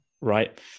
right